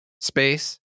space